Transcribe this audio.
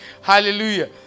Hallelujah